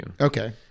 Okay